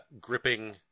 gripping